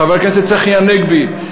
חבר הכנסת צחי הנגבי,